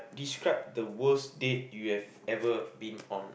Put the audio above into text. describe the worst date you've ever been on